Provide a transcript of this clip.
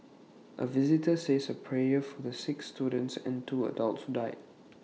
A visitor says A prayer for the six students and two adults who died